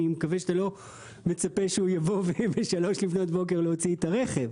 אני מקווה שאתה לא מצפה שהוא יבוא בשלוש לפנות בוקר להוציא את הרכב.